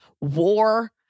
war